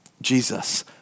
Jesus